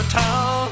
town